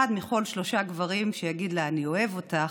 אחד מכל שלושה גברים שיגיד לה: אני אוהב אותך,